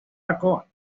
arco